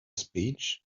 speech